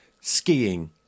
skiing